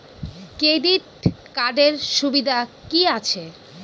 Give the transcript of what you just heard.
Credit কার্ডের সুবিধা কি আছে?